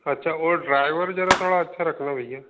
अच्छा और ड्राईवर जरा थोड़ा अच्छा रखना भईया